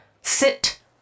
sit